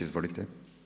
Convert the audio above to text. Izvolite.